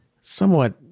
somewhat